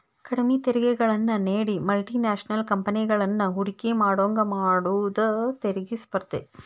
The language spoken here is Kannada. ಕಡ್ಮಿ ತೆರಿಗೆಗಳನ್ನ ನೇಡಿ ಮಲ್ಟಿ ನ್ಯಾಷನಲ್ ಕಂಪೆನಿಗಳನ್ನ ಹೂಡಕಿ ಮಾಡೋಂಗ ಮಾಡುದ ತೆರಿಗಿ ಸ್ಪರ್ಧೆ